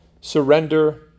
surrender